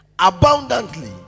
Abundantly